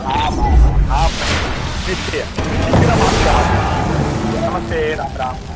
आम् आम् आम् आं महोदय निश्चयेन निश्चयेन शीघ्रम् आहं श्वः सूचयिष्यामि नमस्ते रां राम्